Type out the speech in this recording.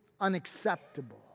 unacceptable